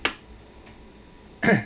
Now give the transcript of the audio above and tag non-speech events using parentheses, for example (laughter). (coughs)